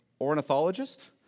Ornithologist